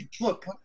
Look